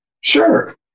Sure